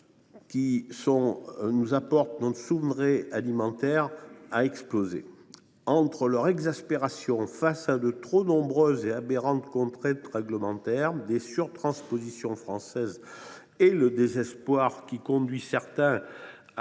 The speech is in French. qui assurent notre souveraineté alimentaire ont explosé. Entre exaspération face à de trop nombreuses et aberrantes contraintes réglementaires et aux surtranspositions françaises et désespoir, qui conduit certains à